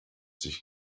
sich